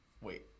Wait